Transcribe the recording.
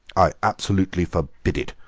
i absolutely forbid it,